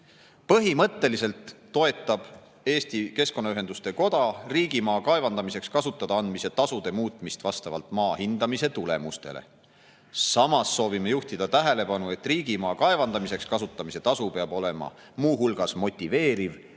põhimõtteliselt toetab riigimaa kaevandamiseks kasutada andmise tasude muutmist vast[a]valt maa hindamise tulemustele. Samas soovime juhtida tähelepanu, et riigimaa kaevandamiseks kasutamise tasu peab olema mh motiveeriv